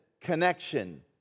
connection